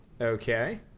Okay